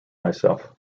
myself